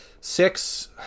Six